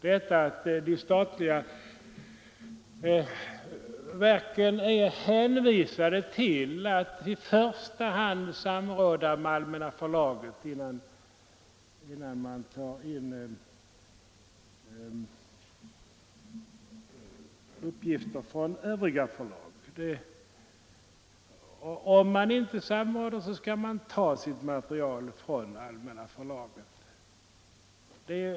Nu är de statliga verken hänvisade till att i första hand samråda med Allmänna Förlaget innan de tar in uppgifter från övriga förlag. Om de inte samråder på detta sätt, skall de ta sitt material från Allmänna Förlaget.